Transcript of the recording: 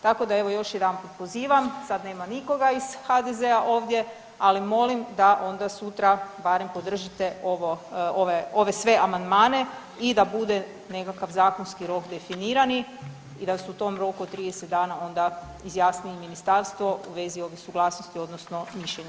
Tako da evo još pozivam sad nema nikoga iz HDZ-a ovdje ali molim da onda sutra barem podržite, ove sve amandmane i da bude nekakav zakonski rok definirani i da se u tom roku od 30 dana onda izjasni i ministarstvo u vezi ovih suglasnosti odnosno mišljenja.